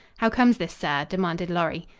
how comes this, sir? demanded lorry.